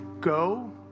go